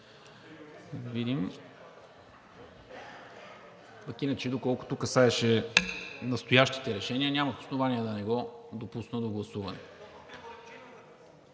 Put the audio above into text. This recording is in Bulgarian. видим. А иначе, доколкото касаеше настоящите решения, нямах основание да не го допусна до гласуване.